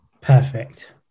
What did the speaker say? Perfect